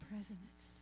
Presence